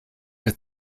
with